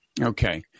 Okay